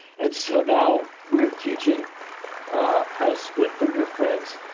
and so now, we're teaching how to split from your friends,